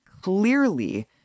Clearly